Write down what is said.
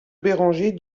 béranger